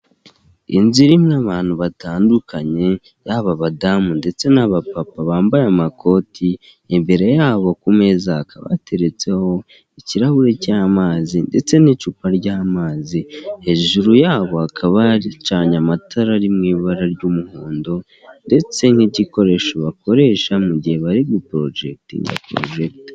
Inzu irimo abantu batandukanye yaba abadamu ndetse n'abapapa bambaye amakoti, imbere yabo ku mezaba hakabahateretseho ikirahuri cy'amazi ndetse n'icupa ry'amazi, hejuru yabo hakaba hacanye amatara ari mu ibara ry'umuhondo ndetse nk'igikoresho bakoresha mugihe bari gupojegitinga genereta.